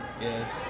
Yes